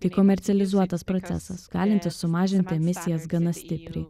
tai komercializuotas procesas galintis sumažinti emisijas gana stipriai